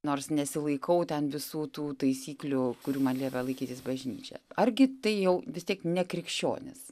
nors nesilaikau ten visų tų taisyklių kurių man liepia laikytis bažnyčia argi tai jau vis tiek nekrikščionis